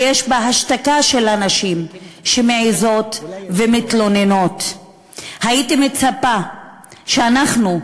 יש השתקה של הנשים שמעזות ומתלוננות; הייתי מצפה שאנחנו,